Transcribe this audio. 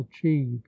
achieved